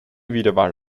wiederwahl